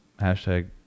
Hashtag